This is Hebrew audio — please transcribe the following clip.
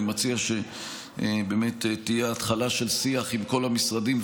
אני מציע שבאמת תהיה התחלה של שיח עם כל המשרדים,